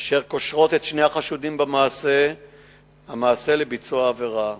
אשר קושרות את שני החשודים במעשה לביצוע העבירה.